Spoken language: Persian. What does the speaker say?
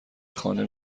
خانه